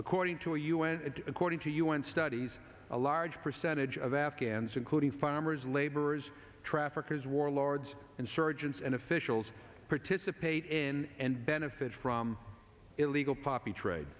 according to a un according to un studies a large percentage of afghans including farmers laborers traffickers warlords insurgents and officials participate in and benefit from illegal poppy trade